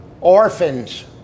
Orphans